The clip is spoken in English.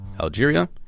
Algeria